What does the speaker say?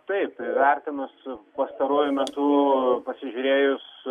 taip įvertinus pastaruoju metu pasižiūrėjus